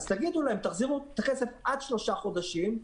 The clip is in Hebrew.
תגידו להם: תחזירו את הכסף עד שלושה חודשים.